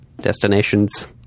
destinations